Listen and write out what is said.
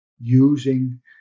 using